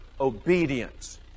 obedience